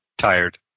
tired